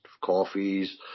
coffees